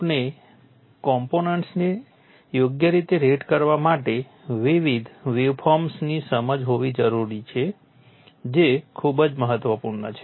આપણે કોમ્પોનન્ટ્સને યોગ્ય રીતે રેટ કરવા માટે વિવિધ વેવફોર્મ્સ ની સમજ હોવી જરૂરી છે જે ખૂબ જ મહત્વપૂર્ણ છે